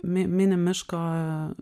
mi mini miško